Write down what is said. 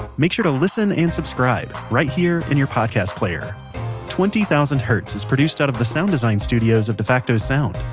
make sure to listen and subscribe right here in your podcast player twenty thousand hertz is produced out of the sound design studios of defacto sound.